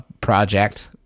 project